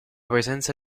presenza